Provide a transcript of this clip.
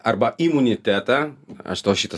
arba imunitetą aš tau šitą